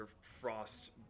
frost